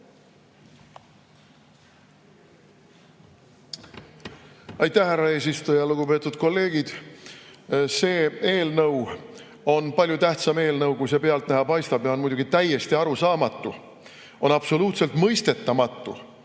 Aitäh, härra eesistuja! Lugupeetud kolleegid! See eelnõu on palju tähtsam, kui pealtnäha paistab. On muidugi täiesti arusaamatu, on absoluutselt mõistetamatu,